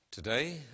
Today